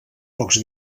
pocs